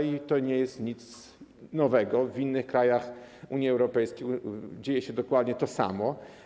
I to nie jest nic nowego, w innych krajach Unii Europejskiej dzieje się dokładnie to samo.